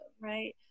right